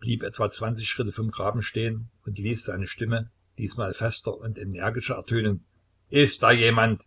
blieb etwa zwanzig schritte vom graben stehen und ließ seine stimme diesmal fester und energischer ertönen ist da jemand